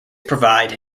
provide